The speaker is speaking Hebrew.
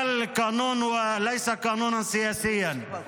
החוק הזה הוא לא חוק פוליטי,